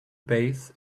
base